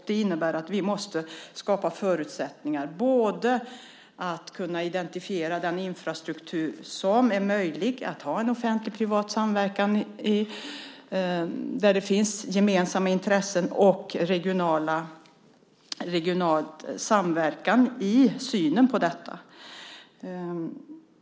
Det innebär att vi måste skapa förutsättningar att kunna identifiera den infrastruktur där det är möjligt att ha både en offentlig-privat samverkan, där det finns sådana gemensamma intressen, och en regional samverkan.